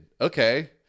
okay